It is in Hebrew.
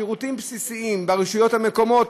שירותים בסיסיים ברשויות המקומיות,